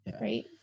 Right